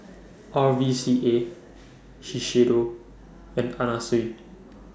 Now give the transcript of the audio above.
R V C A Shiseido and Anna Sui